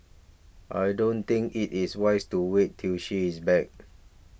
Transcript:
I don't think it is wise to wait till she is back